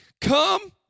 Come